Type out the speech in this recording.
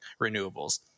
renewables